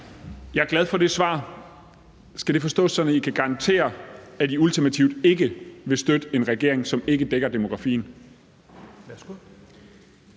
Jeg er glad for det svar. Skal det forstås sådan, at I kan garantere, at I ultimativt ikke vil støtte en regering, som ikke dækker demografien?